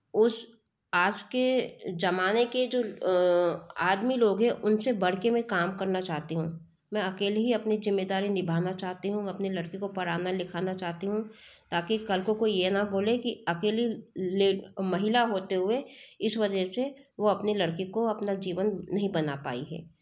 उस आज के ज़माने के जो आदमी लोग हैं उनसे बढ़ कर मैं काम करना चाहती हूँ मैं अकेले ही अपनी जिम्मेदारी निभाना चाहती हूँ मैं अपने लड़के को पढ़ाना लिखाना चाहती हूँ ताकि कल को कोई यह न बोले कि अकेले ले महिला होते हुए इस वजह से वह अपने लड़के को अपना जीवन नहीं बना पाई है